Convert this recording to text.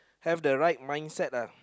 have the right mindset uh